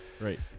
Right